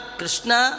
Krishna